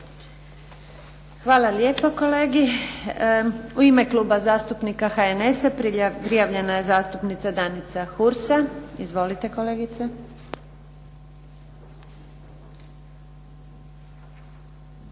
Hvala lijepa kolegi. U ime Kluba zastupnika HNS-a, prijavljena je zastupnica Danica Hursa. Izvolite kolegice.